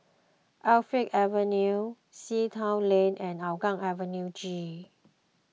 Avenue Sea Town Lane and Hougang Avenue G